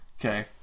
Okay